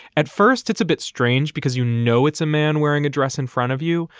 at first it's a bit strange because, you know, it's a man wearing a dress in front of you.